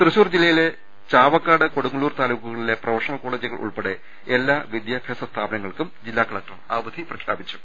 തൃശൂർ ജില്ലയിലെ ചാവക്കാട് കൊടുങ്ങല്ലൂർ താലൂക്കു കളിലെ പ്രൊഫഷണൽ കോളജുകൾ ഉൾപ്പെടെ എല്ലാ വിദ്യാ ഭ്യാസ സ്ഥാപനങ്ങൾക്കും ജില്ലാകലക്ടർ അവധി പ്രഖ്യാ പിച്ചു